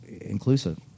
inclusive